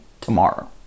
tomorrow